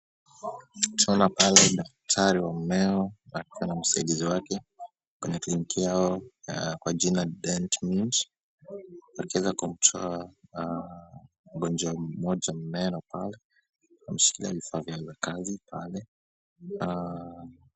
Tunaona pale, Daktari wa meno, na kuna msaidizi wake. Kwenye kliniki yao, kwa jina DentMint, wakiweza kumtoa ngonjwa moja meno pale, na wameshikilia vifaa vyao vya kazi pale.